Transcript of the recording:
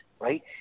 right